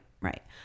right